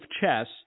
chess